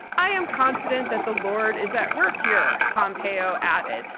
i am confident that the lord is at work here, pompeo added.